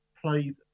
played